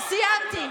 סיימתי.